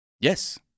Yes